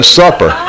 supper